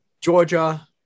Georgia